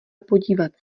podívat